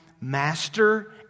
master